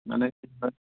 মানে কি হয়